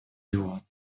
его